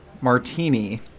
martini